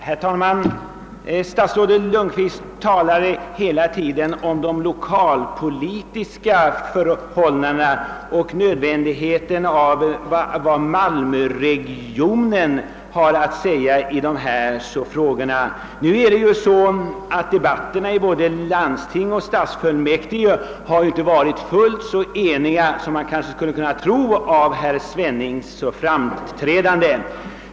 Herr talman! Statsrådet Lundkvist talar här hela tiden om de lokala förhållandena och om nödvändigheten av att ta hänsyn till vad man säger i malmöregionen, men debatterna i både landsting och stadsfullmäktige i denna fråga har inte präglats av sådan enighet som man skulle kunna tro efter att ha hört på herr Svennings anförande.